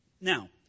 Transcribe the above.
Now